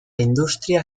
industria